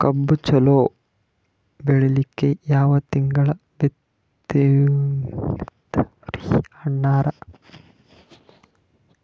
ಕಬ್ಬು ಚಲೋ ಬೆಳಿಲಿಕ್ಕಿ ಯಾ ತಿಂಗಳ ಬಿತ್ತಮ್ರೀ ಅಣ್ಣಾರ?